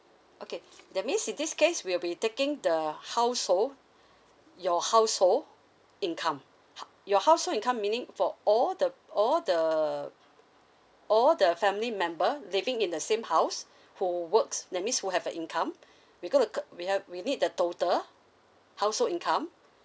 okay that means in this case we'll be taking the household your household income h~ your household income meaning for all the all the all the family member living in the same house who works that means who have a income because the c~ we have we need the total household income